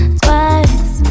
twice